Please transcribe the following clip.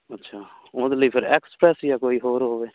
ਅੱਛਾ ਉਹਦੇ ਲਈ ਫਿਰ ਐਕਸਪ੍ਰੈਸ ਜਾਂ ਕੋਈ ਹੋਰ ਹੋਵੇ